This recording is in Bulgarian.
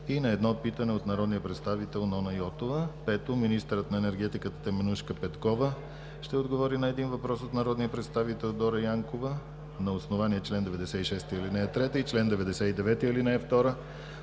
и на едно питане от народния представител Нона Йотова. 5. Министърът на енергетиката Теменужка Петкова ще отговори на един въпрос от народния представител Дора Янкова. На основание чл. 96, ал. 3 и чл. 99, ал. 2